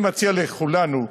אני מציע לכולנו,